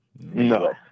No